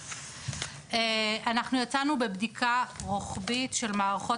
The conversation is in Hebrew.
אנחנו יצאנו בבדיקה רוחבית של מערכות